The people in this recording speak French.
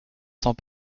sans